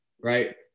right